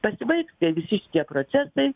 pasibaigs tie visi šitie procesai